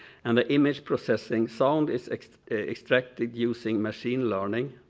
and the image processing sound is extracted using machine learning.